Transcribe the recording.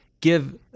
give